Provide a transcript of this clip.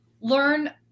learn